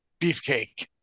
beefcake